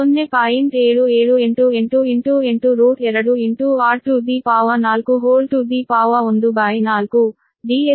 7788 into 8 root 2 into r to the power 4 whole to the power 1 by 4 Ds 1